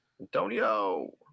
Antonio